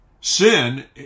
sin